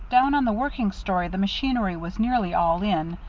down on the working story the machinery was nearly all in,